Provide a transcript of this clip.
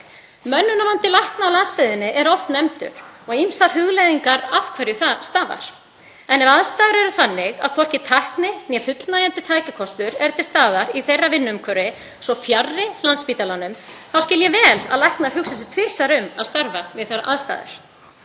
Mönnunarvandi lækna á landsbyggðinni er oft nefndur og ýmsar hugleiðingar eru um það af hverju hann stafar. En ef aðstæður eru þannig að hvorki tækni né fullnægjandi tækjakostur er til staðar í þeirra vinnuumhverfi svo fjarri Landspítalanum þá skil ég vel að læknar hugsi sig tvisvar um að starfa við þær aðstæður.